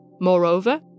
Moreover